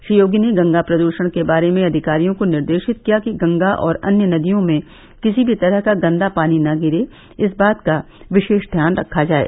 श्री योगी ने गंगा प्रदूषण के बारे में अधिकारियों को निर्देशित किया कि गंगा और अन्य नदियों में किसी भी तरह का गंदा पानी न गिरे इस बात का विशेष ध्यान रखा जाये